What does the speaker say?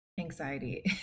anxiety